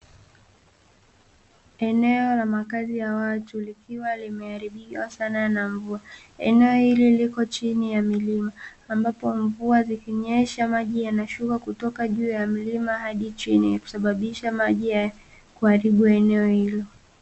Eneo la makazi ya watu, likiwa limeharibiwa sana na mvua, eneo hili liko chini ya milima ambapo mvua zikinyesha maji yanashuka kutoka juu ya mlima hadi chini na kusababisha maji hayo kuharibu eneo hilo.